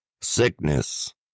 sickness